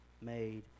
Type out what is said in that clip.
made